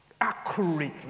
accurately